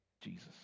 Jesus